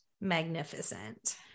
magnificent